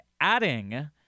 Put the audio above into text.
adding